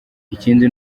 ikindi